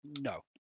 No